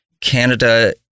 Canada